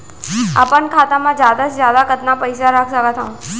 अपन खाता मा जादा से जादा कतका पइसा रख सकत हव?